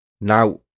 Now